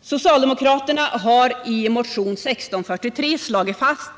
Socialdemokraterna har i motionen 1643 slagit fast